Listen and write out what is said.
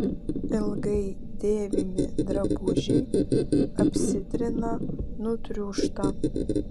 ilgai dėvimi drabužiai apsitrina nutriūšta